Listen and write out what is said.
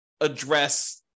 address